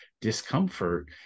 discomfort